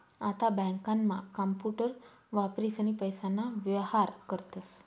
आता बँकांमा कांपूटर वापरीसनी पैसाना व्येहार करतस